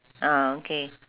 ah okay